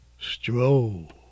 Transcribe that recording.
stroll